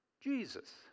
Jesus